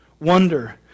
wonder